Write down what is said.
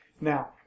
Now